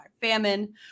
famine